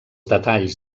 detalls